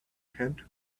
tent